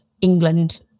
England